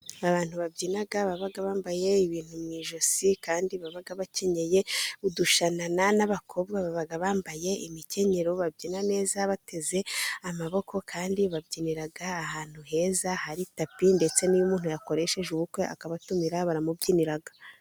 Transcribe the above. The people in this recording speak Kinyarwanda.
Abantu babyina baba bambaye ibintu mu ijosi, kandi baba bakenyeye udushanana. Nabakobwa baba bambaye imikenyero babyina neza bateze amaboko. Kandi babyinira ahantu heza hari tapi. Ndetse n'iyo umuntu yakoresheje ubukwe akabatumira baramubyinira.